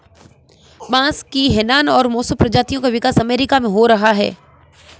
बांस की हैनान और मोसो प्रजातियों का विकास अमेरिका में हो रहा है